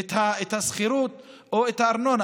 את השכירות או את הארנונה.